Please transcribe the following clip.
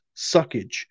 suckage